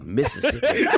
Mississippi